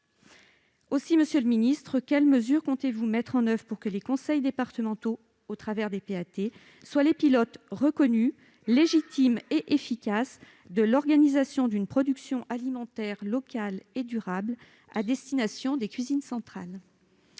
Monsieur le ministre, quelles mesures comptez-vous mettre en oeuvre pour que les conseils départementaux, au travers des PAT, soient les pilotes reconnus, légitimes et efficaces de l'organisation d'une production alimentaire locale et durable à destination des cuisines centrales ?